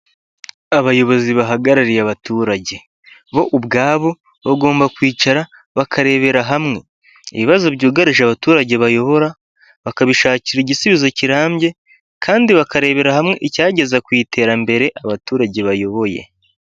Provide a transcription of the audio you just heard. Abayobozi bahagarariye abaturage bo ubwabo bagomba kwicara bakarebera hamwe ibibazo byugarije abaturage bayobora, bakabishakira igisubizo kirambye kandi bakarebera hamwe icyageza ku iterambere abaturage bayoboye.